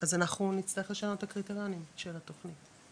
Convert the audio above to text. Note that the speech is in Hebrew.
אז אנחנו נצטרך לשנות את הקריטריונים של התוכנית,